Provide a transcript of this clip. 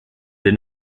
did